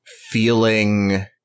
feeling